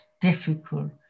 difficult